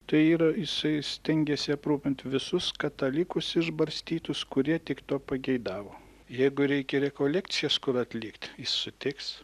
tai yra jisai stengėsi aprūpinti visus katalikus išbarstytus kurie tik to pageidavo jeigu reikia rekolekcijas kur atlikti jis sutiks